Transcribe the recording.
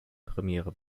premiere